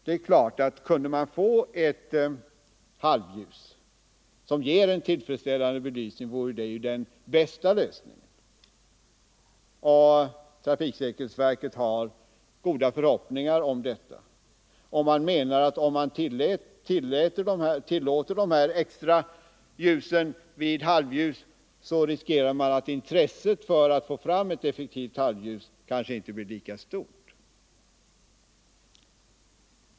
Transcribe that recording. Det är klart att kunde man få ett halvljus som ger tillfredsställande belysning vore det den bästa lösningen, och trafiksäkerhetsverket har goda förhoppningar om detta. Man menar att om man tillåter de här extra ljusen vid halvljus riskerar man att intresset för att få fram ett effektivt halvljus inte blir lika stort.